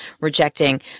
rejecting